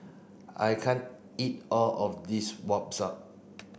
I can't eat all of this